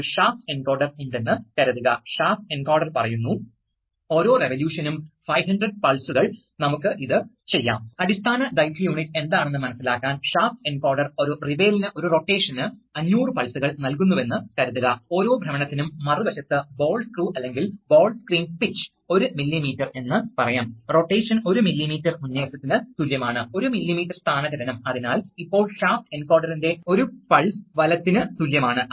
ഒരു I 2 P converter അഥവാ flapper nozzle system എന്നും വിളിക്കപ്പെടുന്നവ നിങ്ങൾക്കറിയാം അതിനാൽ എന്താണ് സംഭവിക്കുന്നത് ഈ കറന്റ് ഒഴുകുന്നുവെങ്കിൽ നീങ്ങാൻ തുടങ്ങും ഇതാണ് ഫ്ലാപ്പർ ഇത് കറൻറ് അനുസരിച്ച് നീങ്ങാൻ തുടങ്ങും അത് നീങ്ങാൻ തുടങ്ങിയാൽ യഥാർത്ഥത്തിൽ ഈ വിടവ് വളരെ അതിശയോക്തിപരമായി കാണിച്ചിരിക്കുകയാണ് യഥാർത്ഥത്തിൽ ഈ വിടവ് വളരെ ചെറുതായി തന്നെ ആണ്